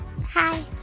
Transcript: hi